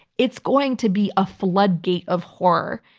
it's going to be a floodgate of horror.